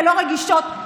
כלא רגישות,